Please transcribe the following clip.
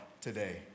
today